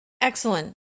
excellent